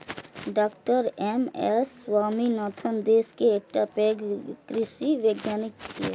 डॉ M S Swaminathan देश के एकटा पैघ कृषि वैज्ञानिक छियै